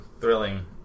Thrilling